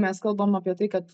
mes kalbam apie tai kad